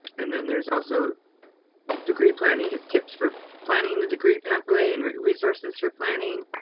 and then there's also degree planning has tips for planning the degree pathway and resources for planning.